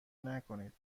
نکنید